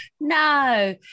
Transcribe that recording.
No